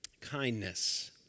Kindness